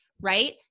right